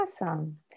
Awesome